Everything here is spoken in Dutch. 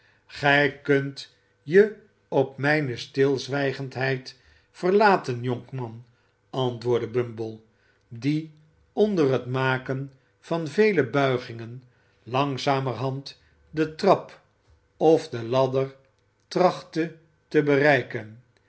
gij kunt je op mijne stilzwijgendheid verlaten jonkman antwoordde bumb e die onder het maken van vee buigingen langzamerhand de trap of de ladder tracht e te bereiken